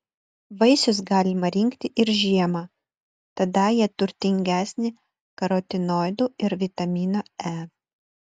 vaisius galima rinkti ir žiemą tada jie turtingesni karotinoidų ir vitamino e